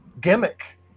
gimmick